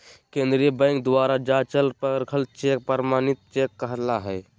केंद्रीय बैंक द्वारा जाँचल परखल चेक प्रमाणित चेक कहला हइ